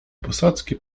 posadzki